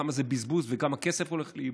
כמה זה בזבוז וכמה כסף הולך לאיבוד,